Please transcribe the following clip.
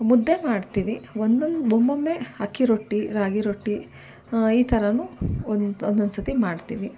ಮುದ್ದೆ ಮಾಡ್ತೀವಿ ಒಂದೊಂದು ಒಮ್ಮೊಮ್ಮೆ ಅಕ್ಕಿ ರೊಟ್ಟಿ ರಾಗಿ ರೊಟ್ಟಿ ಈ ಥರನೂ ಒಂದು ಒಂದೊಂದ್ಸರ್ತಿ ಮಾಡ್ತೀವಿ